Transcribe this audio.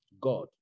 God